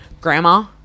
grandma